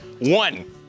one